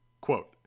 Quote